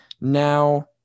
Now